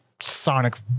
sonic